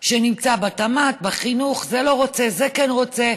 זה נמצא בתמ"ת, בחינוך, זה לא רוצה, זה כן רוצה.